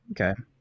Okay